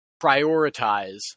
prioritize